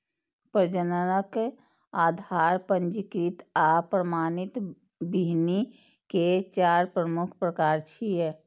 प्रजनक, आधार, पंजीकृत आ प्रमाणित बीहनि के चार मुख्य प्रकार छियै